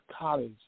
college